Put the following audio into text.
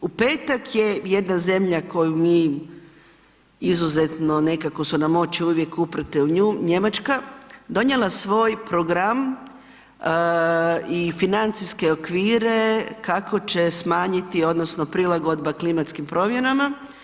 U petak je jedna zemlja koju mi izuzetno nekako su nam oči uvijek uprte u nju, Njemačka, donijela svoj program i financijske okvire kako će smanjiti odnosno prilagodbe klimatskim promjenama.